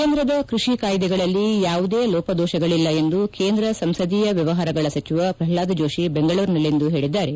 ಕೇಂದ್ರದ ಕೃಷಿ ಕಾಯ್ದೆಗಳಲ್ಲಿ ಯಾವುದೇ ಲೋಪದೋಷಗಳಲ್ಲ ಎಂದು ಕೇಂದ್ರ ಸಂಸದೀಯ ವ್ಯವಹಾರಗಳ ಸಚಿವ ಪ್ರಹ್ಲಾದ್ ಜೋಷಿ ಬೆಂಗಳೂರಿನಲ್ಲಿಂದು ಹೇಳಿದ್ದಾರೆ